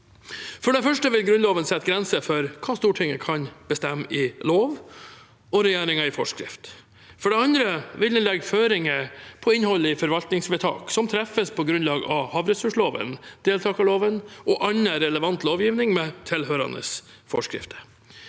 For det første vil Grunnloven sette grenser for hva Stortinget kan bestemme i lov og regjeringen i forskrift. For det andre vil det legge føringer på innholdet i forvaltningsvedtak som treffes på grunnlag av havressurslova, deltakerloven og annen relevant lovgivning med tilhørende forskrifter.